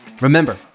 Remember